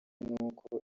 nuko